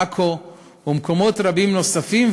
עכו ומקומות רבים נוספים,